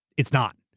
it's not.